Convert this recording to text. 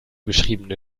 beschriebene